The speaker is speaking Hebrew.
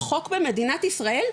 החוק במדינת ישראל,